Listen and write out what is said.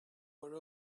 were